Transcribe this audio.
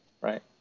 right